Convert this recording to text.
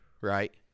right